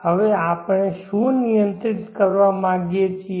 હવે આપણે શું નિયંત્રિત કરવા માગીએ છીએ